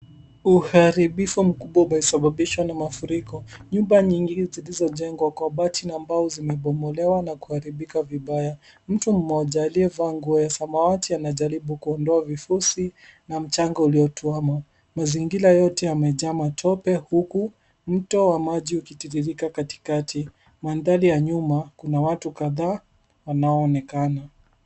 Uharibifu mkubwa umesababishwa na mafuriko. Nyumba nyingi zilizojengwa kwa bati na mbao zimebomolewa na kuharibika vibaya. Mtu mmoja, aliyevaa nguo ya samawati anajaribu kuondoa vifusi na mchanga uliotuama. Mazingira yote yamejaa matope huku mto wa maji ukitiririka katikati. Mandhari ya nyuma, kuna watu kadhaa wanaonekana.